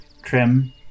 trim